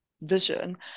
vision